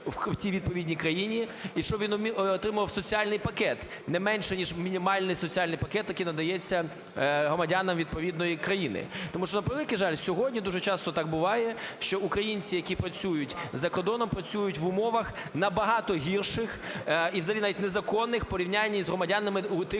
відповідній країні і щоб він отримав соціальний пакет не менший, ніж мінімальний соціальний пакет, який надається громадянам відповідної країни. Тому що, на превеликий жаль, сьогодні дуже часто так буває, що українці, які працюють за кордоном, працюють в умовах набагато гірших і взагалі навіть незаконних в порівнянні з громадянами, у тих